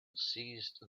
seized